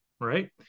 right